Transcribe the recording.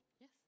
Yes